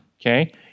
Okay